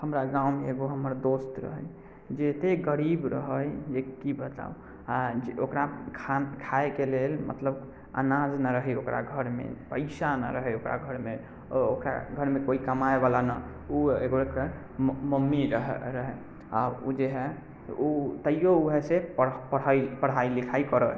हमरा गाँवमे एगो हमर दोस्त रहै जे एतेक गरीब रहै जे की बताउ आ ओकरा खाना खायके लेल मतलब अनाज नहि रहै ओकरा घरमे पैसा नहि रहै ओकरा घरमे ओकरा घरमे कोइ कमाइ बला नहि ओ आओर ओकर मम्मी रहै आ ओ जे है ओ तैयौ वैसे पढ़ पढ़ाइ लिखाइ करै